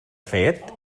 fet